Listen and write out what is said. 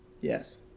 Yes